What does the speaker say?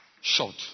short